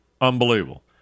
Unbelievable